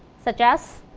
such as,